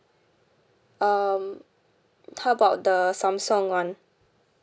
um how about the samsung [one]